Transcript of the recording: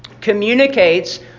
communicates